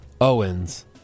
Owens